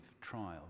trial